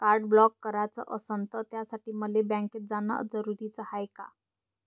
Card block कराच असनं त त्यासाठी मले बँकेत जानं जरुरी हाय का?